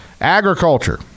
agriculture